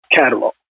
catalog